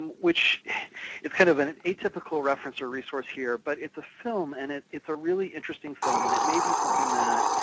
which it's kind of an an atypical reference or resource here, but it's a film, and it's it's a really interesting film, and it may be something that